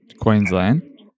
Queensland